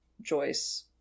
Joyce